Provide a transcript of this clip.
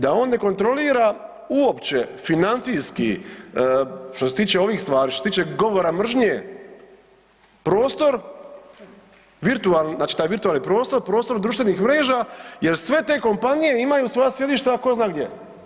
Da on ne kontrolira uopće financijski što se tiče ovih stvari, što se tiče govora mržnje, prostor, virtualni, znači taj virtualni prostor, prostor društvenih mreža jer sve te kompanije imaju svoja sjedišta ko zna gdje.